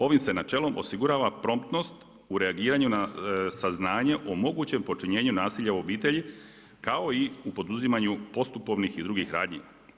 Ovim se načelom osigurava promptnost u reagiranju saznanje o mogućem počinjenju nasilja u obitelji kao i u poduzimanju postupovnim i drugih radnji.